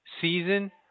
season